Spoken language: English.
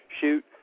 shoot